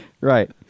right